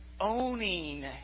owning